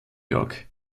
york